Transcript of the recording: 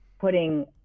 putting